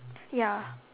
ya